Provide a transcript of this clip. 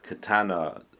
katana